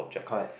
correct